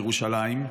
בירושלים,